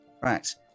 Right